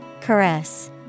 Caress